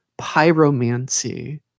pyromancy